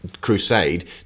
crusade